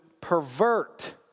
pervert